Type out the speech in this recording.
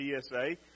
TSA